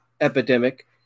epidemic